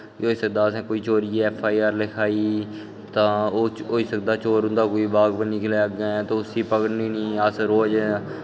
इसदै अगर असें कोई चोरियै ऐफ्फ आई आर लखाई तां होई सकदा चोर उं'दा कोई बाकफ निकलै उं'दा तां उस्सी पकड़न गै नेईं ते अस रोज़